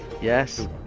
yes